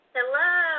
Hello